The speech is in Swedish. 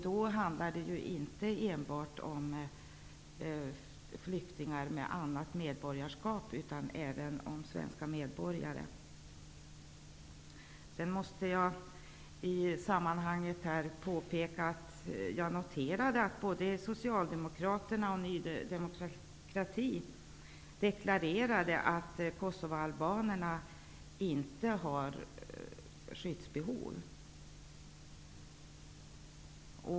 Då handlar det inte enbart om flyktingar med annat medborgarskap utan även om svenska medborgare. Sedan måste jag i sammanhanget påpeka att jag noterade att både Socialdemokraterna och Ny demokrati deklarerade att kosovoalbanerna inte har något skyddsbehov.